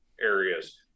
areas